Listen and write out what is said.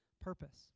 purpose